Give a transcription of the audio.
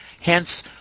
Hence